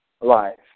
life